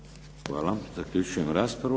Hvala. Zaključujem raspravu.